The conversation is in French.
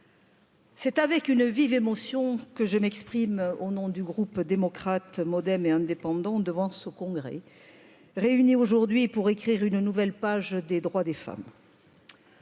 c'est avec une vive émotion que je m'exprime au nom du groupe démocrate moderne et indépendant devant ce congrès réuni aujourd'hui pour écrire une nouvelle page des droits des femmes